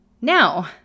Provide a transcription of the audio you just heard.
Now